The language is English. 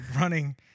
running